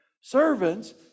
Servants